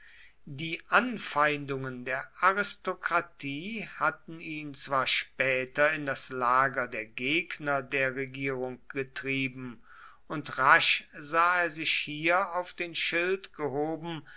die anfeindungen der aristokratie hatten ihn zwar später in das lager der gegner der regierung getrieben und rasch sah er sich hier auf den schild gehoben